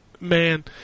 man